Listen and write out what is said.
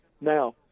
Now